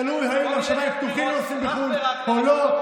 תלוי אם השמיים פתוחים ונוסעים לחו"ל או לא,